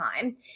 time